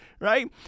right